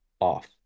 off